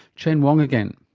chen wang again.